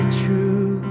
true